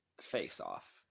face-off